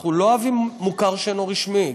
אנחנו לא אוהבים מוכר שאינו רשמי,